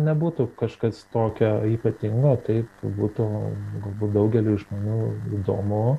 nebūtų kažkas tokio ypatingo taip būtų galbūt daugeliui žmonių įdomu